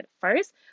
first